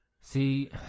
see